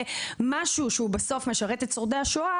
למשהו שבסוף משרת את שורדי השואה